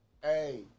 Hey